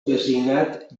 designat